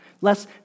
less